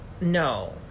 no